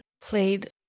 played